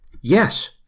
yes